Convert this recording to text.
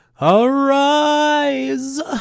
Arise